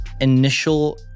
initial